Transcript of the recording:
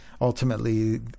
ultimately